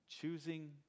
choosing